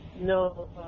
No